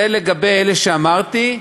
זה לגבי אלה שאמרתי.